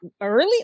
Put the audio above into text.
early